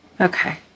Okay